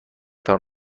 تان